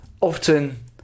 Often